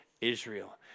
Israel